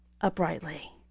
uprightly